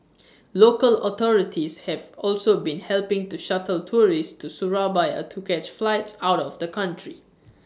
local authorities have also been helping to shuttle tourists to Surabaya to catch flights out of the country